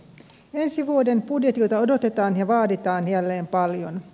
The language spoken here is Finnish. ensi vuoden budjetilta odotetaan ja vaaditaan jälleen paljon